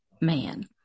man